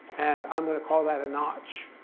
and i'm going to call that a notch.